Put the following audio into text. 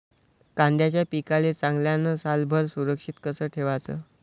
कांद्याच्या पिकाले चांगल्यानं सालभर सुरक्षित कस ठेवाचं?